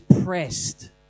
pressed